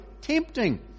tempting